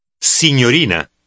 signorina